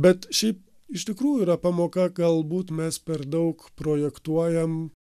bet šiaip iš tikrųjų yra pamoka galbūt mes per daug projektuojam